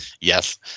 yes